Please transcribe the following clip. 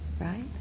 Right